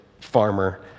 farmer